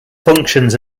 functions